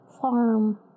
farm